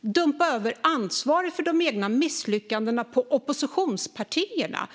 dumpa över ansvaret för de egna misslyckandena på oppositionspartierna.